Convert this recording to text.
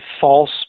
false